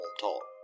Talk